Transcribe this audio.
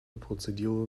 prozedur